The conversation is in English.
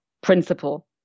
principle